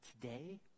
today